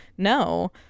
No